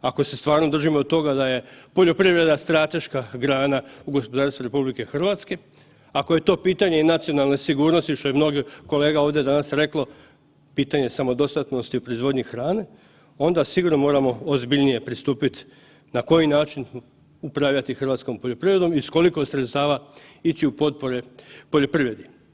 ako se stvarno držimo toga da je poljoprivreda strateška grana u gospodarstvu RH, ako je to pitanje i nacionalne sigurnosti što je mnogo kolega ovdje danas reklo, pitanje samodostatnosti u proizvodnji hrane, onda sigurno moramo ozbiljnije pristupiti na koji način upravljati hrvatskom poljoprivrednom i s koliko sredstava ići u potpore poljoprivredi.